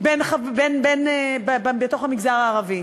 כזו בתוך המגזר הערבי.